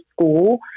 school